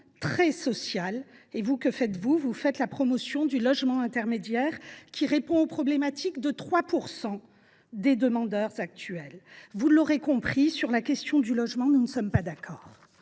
très social ; mais vous, que faites vous ? Vous faites la promotion du logement intermédiaire, qui répond aux problématiques de seulement 3 % des demandeurs actuels. Vous l’aurez compris, sur la question du logement, nous ne sommes pas d’accord